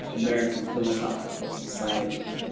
american philosophical society